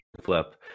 flip